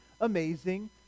amazing